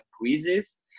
quizzes